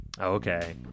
Okay